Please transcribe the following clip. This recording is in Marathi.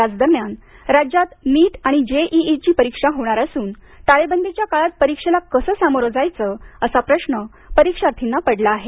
याच दरम्यान राज्यात नीट आणि जेईईची परीक्षा होणार असून टाळेबंदीच्या काळात परीक्षेला कसं सामोरं जायचं असा प्रश्न परीक्षार्थींना पडला आहे